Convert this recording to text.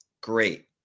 Great